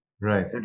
Right